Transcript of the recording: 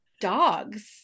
dogs